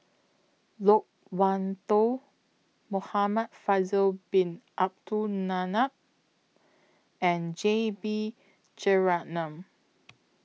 Loke Wan Tho Muhamad Faisal Bin Abdul Manap and J B Jeyaretnam